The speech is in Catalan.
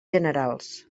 generals